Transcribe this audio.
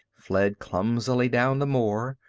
fled clumsily down the moor,